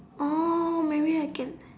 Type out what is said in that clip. oh may be I can